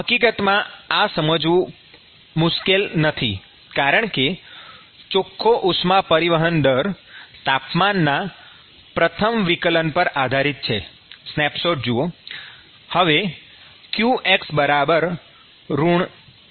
હકીકતમાં આ સમજવું મુશ્કેલ નથી કારણ કે ચોખ્ખો ઉષ્મા પરિવહન દર તાપમાનના પ્રથમ વિકલ પર આધારિત છે સ્નેપશોટ જુઓ